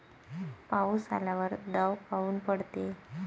पाऊस आल्यावर दव काऊन पडते?